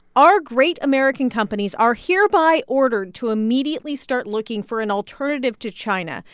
our great american companies are hereby ordered to immediately start looking for an alternative to china,